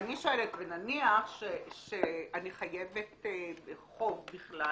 ואני שואלת, ונניח שאני חייבת חוב שאני